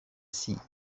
sea